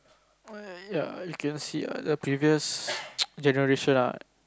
oh ya I can see ah the previous generation ah